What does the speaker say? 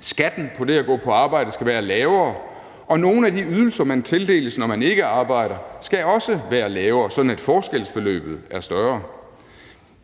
Skatten på det at gå på arbejde skal være lavere, og nogle af de ydelser, som man tildeles, når man ikke arbejder, skal også være lavere, sådan at forskellen i beløbene vil være større.